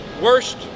worst